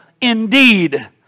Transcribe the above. Indeed